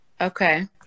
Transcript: Okay